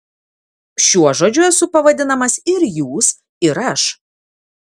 šiuo žodžiu esu pavadinamas ir jūs ir aš